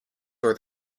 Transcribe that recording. for